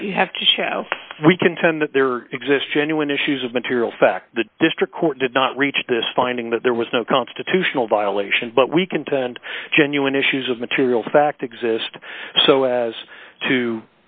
what you have to show we contend that there exist genuine issues of material fact the district court did not reach this finding that there was no constitutional violation but we contend genuine issues of material fact exist so as to